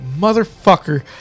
motherfucker